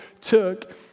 took